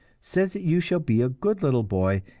says that you shall be a good little boy,